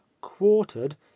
quartered